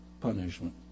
punishment